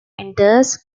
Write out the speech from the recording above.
enters